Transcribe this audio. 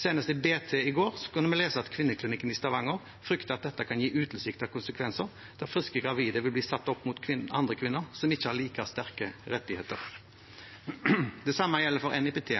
Senest i Bergens Tidende i går kunne vi lese at Kvinneklinikken i Stavanger frykter at dette kan gi utilsiktede konsekvenser, der friske gravide vil bli satt opp mot kvinner som ikke har like sterke rettigheter. Det samme gjelder for NIPT.